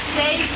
Stay